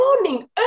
morning